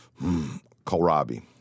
kohlrabi